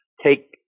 take